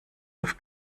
auf